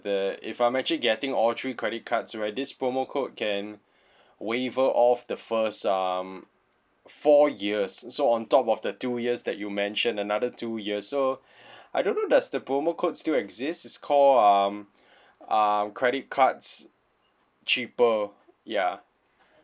the if I'm actually getting all three credit cards right this promo code can waiver off the first um four years so on top of the two years that you mentioned another two years so I don't know does the promo code still exist it's called um uh credit cards cheaper ya